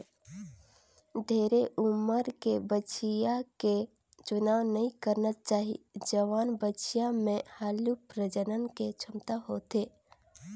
ढेरे उमर के बछिया के चुनाव नइ करना चाही, जवान बछिया में हालु प्रजनन के छमता होथे